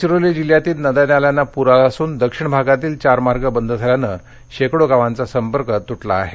गडचिरोली जिल्ह्यातील नद्या नाल्यांना पूर आला असून दक्षिण भागातील चार मार्ग बंद झाल्याने शेकडो गावांचा संपर्क तुटला आहे